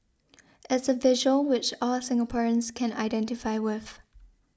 it's a visual which all Singaporeans can identify with